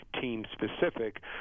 team-specific